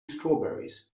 strawberries